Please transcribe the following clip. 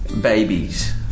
babies